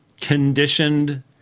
conditioned